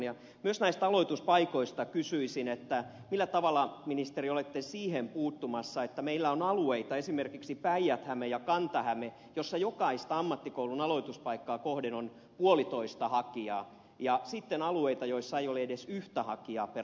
myös näistä aloituspaikoista kysyisin että millä tavalla ministeri olette puuttumassa siihen että meillä on alueita esimerkiksi päijät häme ja kanta häme joissa jokaista ammattikoulun aloituspaikkaa kohden on puolitoista hakijaa ja sitten on alueita joissa ei ole edes yhtä hakijaa per aloituspaikka